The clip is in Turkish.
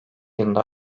yılında